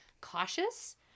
cautious